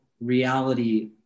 reality